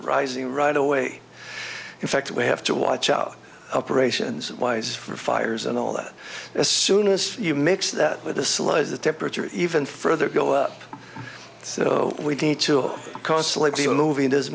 rising right away in fact we have to watch out operations wise for fires and all that as soon as you mix that with the sludge the temperature even further go up so we need to constantly be moving this